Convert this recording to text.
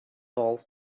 wol